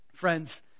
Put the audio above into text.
Friends